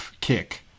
kick